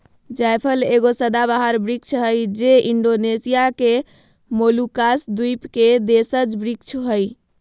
जायफल एगो सदाबहार वृक्ष हइ जे इण्डोनेशिया के मोलुकास द्वीप के देशज वृक्ष हइ